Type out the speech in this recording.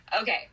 Okay